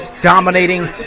dominating